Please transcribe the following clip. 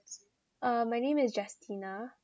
uh my name is justina